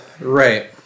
Right